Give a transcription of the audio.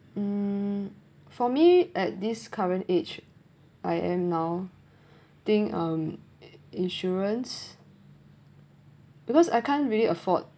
mm for me at this current age I am now think um insurance because I can't really afford